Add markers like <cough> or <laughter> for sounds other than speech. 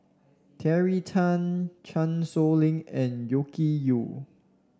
Terry Tan Chan Sow Lin and <unintelligible> Yew